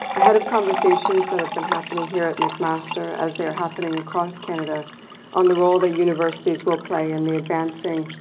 ahead of conversations that have been happening here at mcmaster as they're happening across canada on the role that universities will play in the advancing,